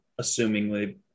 assumingly